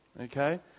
okay